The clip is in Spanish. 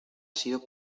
sido